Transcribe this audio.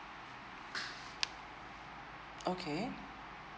okay